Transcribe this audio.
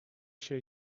się